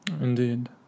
indeed